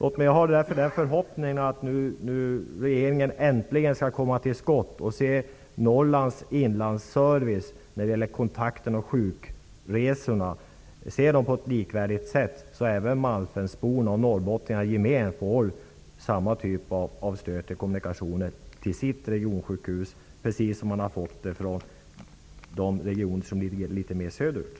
Jag har därför förhoppningen att regeringen nu äntligen skall komma till skott och ge Norrlands inland service när det gäller kontakter och sjukresor på ett med andra bygder likvärdigt sätt, så att malmfältsborna och norrbottningarna i gemen får samma stöd till kommunikationer till sitt regionsjukhus som man har i regioner litet längre söderut.